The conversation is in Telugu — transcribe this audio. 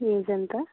ఏజ్ ఎంత